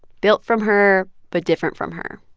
built from her but different from her,